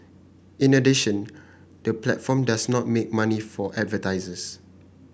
in addition the platform does not make money from advertisers